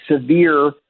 severe